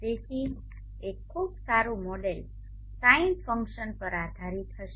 તેથી એક ખૂબ સારું મોડેલ સાઇન ફંક્શન પર આધારિત હશે